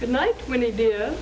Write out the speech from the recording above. good night when he did